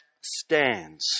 stands